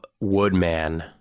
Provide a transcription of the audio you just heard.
Woodman